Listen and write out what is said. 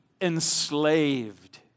enslaved